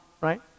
right